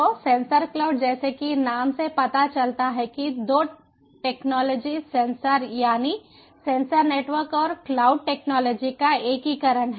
तो sensor cloud जैसा कि नाम से पता चलता है कि 2 टेक्नोलॉजी सेंसर यानी सेंसर नेटवर्क और क्लाउड टेक्नोलॉजी का एकीकरण है